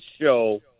show